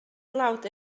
dlawd